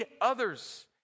others